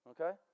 Okay